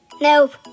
Nope